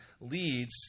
leads